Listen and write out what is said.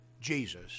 Jesus